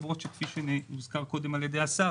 למרות שכפי שהוזכר קודם על ידי השר,